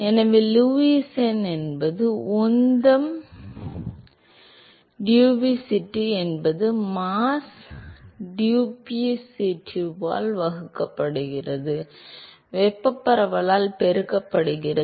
எனவே லூயிஸ் எண் என்பது உந்தம் டிஃப்யூசிவிட்டி என்பது மாஸ் டிஃப்யூசிவிட்டியால் வகுக்கப்படுகிறது வெப்பப் பரவலால் பெருக்கப்படுகிறது